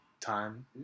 time